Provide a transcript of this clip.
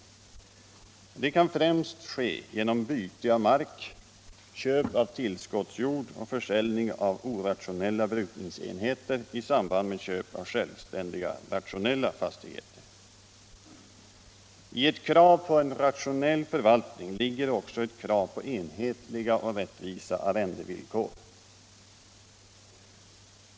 Detta kan främst ske genom byte av mark, köp av tillskottsjord och försäljning av orationella brukningsenheter i samband med köp av självständiga, rationella fastigheter. I ett krav på en rationell förvaltning ligger också ett krav på enhetliga och rättvisa arrendevillkor.